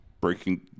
breaking